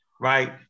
right